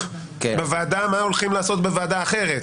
בוועדה ומה הולכים לעשות בוועדה אחרת.